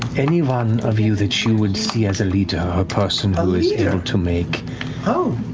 anyone of you that you would see as a leader or person who is able to make